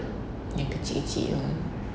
yang kecil-kecil tu